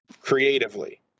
creatively